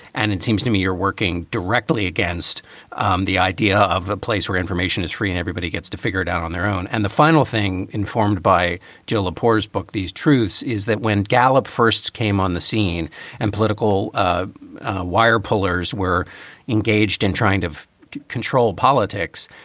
and it seems to me you're working directly against um the idea of a place where information is free and everybody gets to figure it out on their own. and the final thing informed by joe porter's book, these truths, is that when gallup first came on the scene and political ah wire pullers were engaged in trying to control politics,